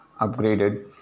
upgraded